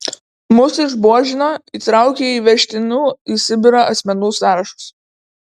mus išbuožino įtraukė į vežtinų į sibirą asmenų sąrašus